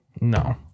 No